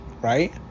Right